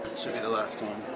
should be the last one.